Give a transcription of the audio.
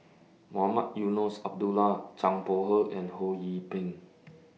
Mohamed Eunos Abdullah Zhang Bohe and Ho Yee Ping